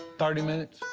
thirty minutes?